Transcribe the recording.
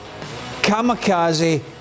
kamikaze